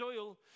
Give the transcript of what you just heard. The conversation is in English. oil